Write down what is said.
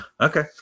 Okay